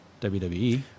WWE